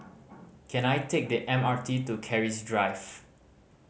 can I take the M R T to Keris Drive